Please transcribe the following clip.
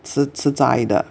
吃吃斋的